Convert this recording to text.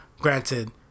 Granted